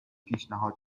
پیشنهاد